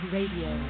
Radio